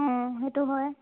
অঁ সেইটো হয়